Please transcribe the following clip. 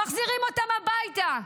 מחזירים אותם הביתה.